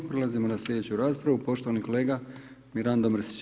Prelazimo na sljedeću raspravu, poštovani kolega Mirando Mrsić.